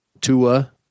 Tua